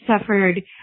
suffered